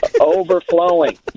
overflowing